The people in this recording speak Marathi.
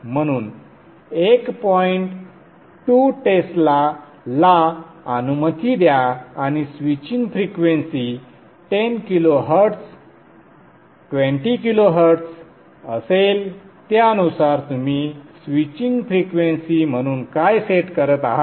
म्हणून एक पॉइंट टू टेस्ला ला अनुमती द्या आणि स्विचिंग फ्रिक्वेंसी 10kHz 20kHz असेल त्यानुसार तुम्ही स्विचिंग फ्रिक्वेंसी म्हणून काय सेट करत आहात